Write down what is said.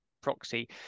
proxy